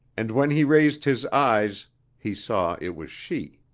and when he raised his eyes he saw it was she.